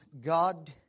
God